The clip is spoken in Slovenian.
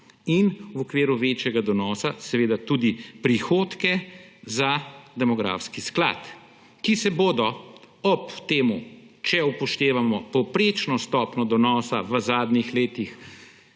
in v okviru večjega donosa seveda tudi prihodke za demografski sklad, ki se bodo ob temu, če upoštevamo povprečno stopnjo donosa v zadnjih letih